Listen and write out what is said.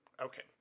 Okay